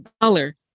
dollar